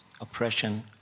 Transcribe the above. oppression